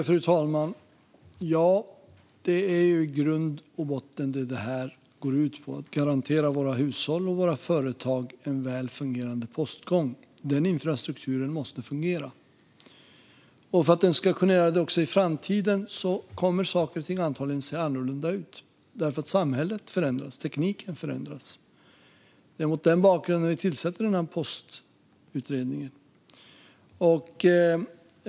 Fru talman! Detta går i grund och botten ut på att garantera Sveriges hushåll och företag en väl fungerande postgång. Denna infrastruktur måste fungera. För att den ska kunna göra det också i framtiden kommer saker och ting antagligen att bli annorlunda eftersom samhället och tekniken förändras. Det är mot denna bakgrund vi tillsätter postutredningen.